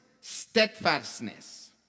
steadfastness